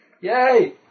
Yay